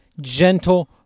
gentle